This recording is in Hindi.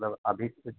मतलब अभी कुछ